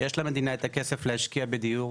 את הכסף להשקיע בדיור.